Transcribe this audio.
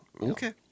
Okay